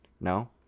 No